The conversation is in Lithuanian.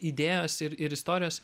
idėjos ir ir istorijos